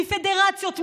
פדרציות,